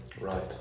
Right